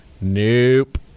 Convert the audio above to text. nope